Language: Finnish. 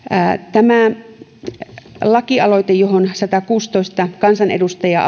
tämä lakialoite johon satakuusitoista kansanedustajaa